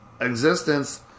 existence